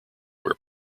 where